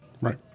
Right